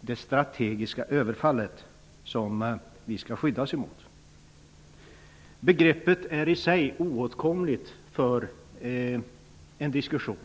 det strategiska överfallet som vi skall skyddas emot. Begreppet är i sig oåtkomligt för en diskussion.